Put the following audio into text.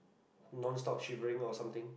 non stop shivering or something